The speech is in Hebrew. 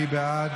מי בעד?